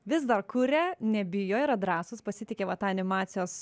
vis dar kuria nebijo yra drąsūs pasitiki va ta animacijos